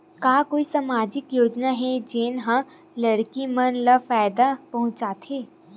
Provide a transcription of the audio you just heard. का कोई समाजिक योजना हे, जेन हा लड़की मन ला फायदा पहुंचाथे?